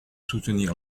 soutenir